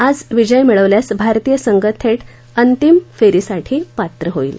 आज विजय मिळवल्यास भारतीय संघ थेट अंतीम फेरीसाठी पात्र होईल